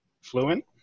fluent